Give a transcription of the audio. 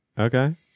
Okay